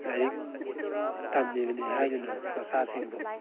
ꯂꯥꯏꯔꯤꯛ ꯇꯝꯃꯤꯕꯅꯤ ꯍꯥꯏꯗꯨꯅ ꯃꯆꯥꯁꯤꯡꯕꯨ